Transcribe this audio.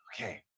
Okay